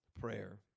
prayer